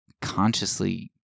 consciously